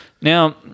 now